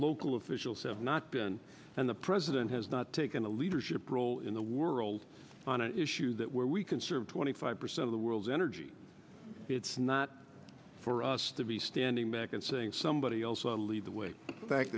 local officials have not been and the president has not taken a leadership role in the world on an issue that where we can serve twenty five percent of the world's energy it's not for us to be standing back and saying somebody else will lead the way back